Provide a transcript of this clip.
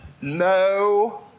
no